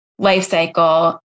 lifecycle